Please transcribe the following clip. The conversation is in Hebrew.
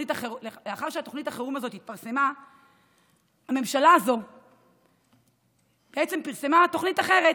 לאחר שתוכנית החירום הזאת התפרסמה הממשלה הזו פרסמה תוכנית אחרת,